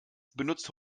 benutzt